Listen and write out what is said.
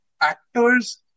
actors